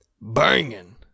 banging